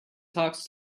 talks